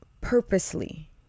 purposely